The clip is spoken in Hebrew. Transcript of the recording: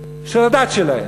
של הדת שלהם,